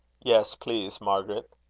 yes, please, margaret.